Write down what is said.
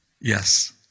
Yes